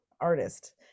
artist